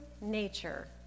nature